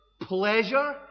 pleasure